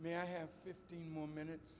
may i have fifteen more minutes